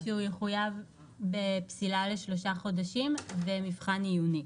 יחויב בפסילה לשלושה חודשים ובמבחן עיוני.